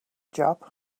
job